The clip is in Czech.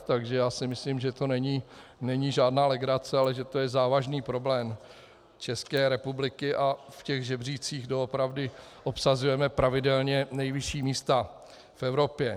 Takže si myslím, že to není žádná legrace, ale že to je závažný problém České republiky, a v těch žebříčcích doopravdy obsazujeme pravidelně nejvyšší místa v Evropě.